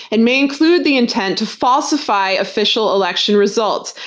and my include the intent to falsify official election results.